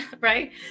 right